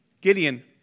Gideon